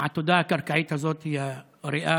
העתודה הקרקעית הזאת היא הריאה,